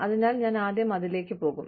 അതിനാൽ ഞാൻ ആദ്യം അതിലേക്ക് പോകും